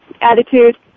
attitude